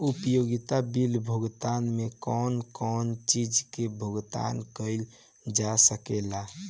उपयोगिता बिल भुगतान में कौन कौन चीज के भुगतान कइल जा सके ला?